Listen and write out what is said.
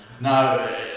No